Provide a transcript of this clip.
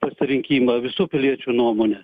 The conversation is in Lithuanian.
pasirinkimą visų piliečių nuomonę